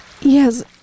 Yes